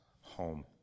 home